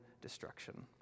destruction